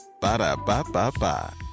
Ba-da-ba-ba-ba